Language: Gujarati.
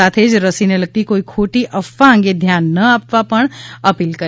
સાથે જ રસીને લગતી કોઈ ખોટી અફવા અંગે ધ્યાન ન આપવા અપીલ કરી